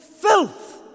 filth